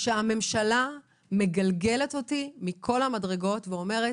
שהממשלה מגלגלת אותי מכל המדרגות ואומרת: